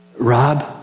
Rob